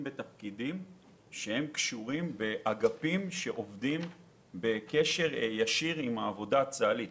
בתפקידים שעובדים באגפים שעומדים בקשר ישיר עם צה"ל.